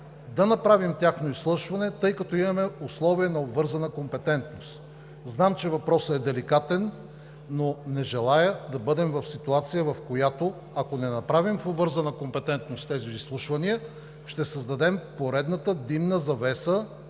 да направим тяхно изслушване, тъй като имаме условие на обвързана компетентност. Знаем, че въпросът е деликатен, но не желая да бъдем в ситуация, в която, ако не направим обвързана компетентност при тези изслушвания, ще създадем поредната димна завеса